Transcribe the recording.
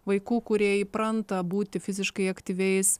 vaikų kurie įpranta būti fiziškai aktyviais